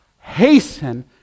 hasten